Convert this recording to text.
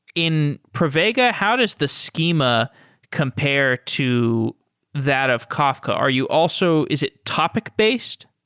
in pravega, how does the schema compare to that of kafka? are you also is it topic-based?